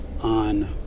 on